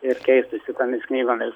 ir keistųsi tomis knygomis